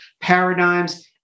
paradigms